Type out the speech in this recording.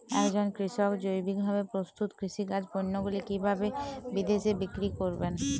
একজন কৃষক জৈবিকভাবে প্রস্তুত কৃষিজাত পণ্যগুলি কিভাবে বিদেশে বিক্রি করবেন?